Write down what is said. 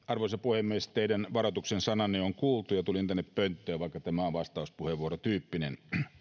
arvoisa puhemies teidän varoituksen sananne on kuultu ja tulin tänne pönttöön vaikka tämä on vastauspuheenvuorotyyppinen